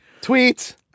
Tweet